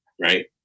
right